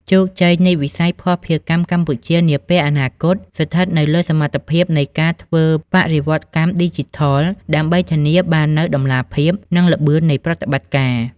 ជោគជ័យនៃវិស័យភស្តុភារកម្មកម្ពុជានាពេលអនាគត ស្ថិតនៅលើសមត្ថភាពនៃការធ្វើបរិវត្តកម្មឌីជីថល ដើម្បីធានាបាននូវតម្លាភាព និងល្បឿននៃប្រតិបត្តិការ។